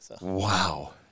Wow